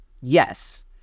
Yes